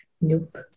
Nope